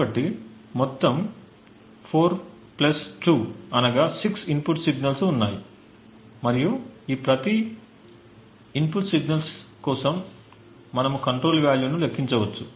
కాబట్టి మొత్తం 4 ప్లస్ 2 అనగా 6 ఇన్పుట్ సిగ్నల్స్ ఉన్నాయి మరియు ఈ ప్రతి ఇన్పుట్ సిగ్నల్స్ కోసం మేము కంట్రోల్ వాల్యూను లెక్కించవచ్చు